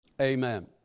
Amen